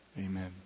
Amen